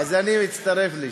אז אני מצטרף לשם.